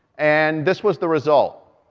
and this was the result.